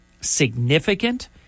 significant